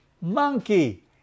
monkey